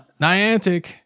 Niantic